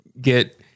get